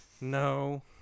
No